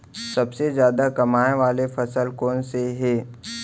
सबसे जादा कमाए वाले फसल कोन से हे?